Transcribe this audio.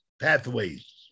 pathways